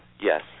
Yes